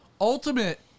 ultimate